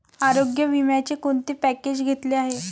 आरोग्य विम्याचे कोणते पॅकेज घेतले आहे?